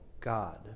God